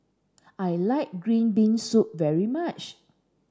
I like green bean soup very much